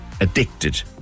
Addicted